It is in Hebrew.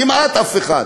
כמעט אף אחד.